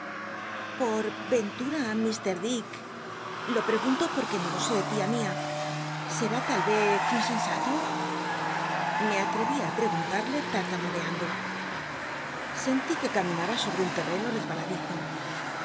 por rentul'a ifr dick lo preguntó por qué no lo sé tia mia e tal rcz insensato me atreví á preguntal'lc tartamudeando sen ti que caminaba sobre un terreno resbaladizo